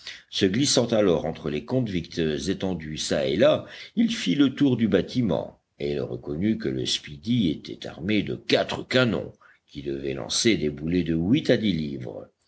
se glissant alors entre les convicts étendus çà et là il fit le tour du bâtiment et il reconnut que le speedy était armé de quatre canons qui devaient lancer des boulets de huit à dix livres